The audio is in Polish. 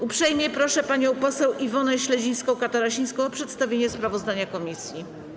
Uprzejmie proszę panią poseł Iwonę Śledzińską-Katarsińską o przedstawienie sprawozdania komisji.